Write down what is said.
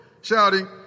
shouting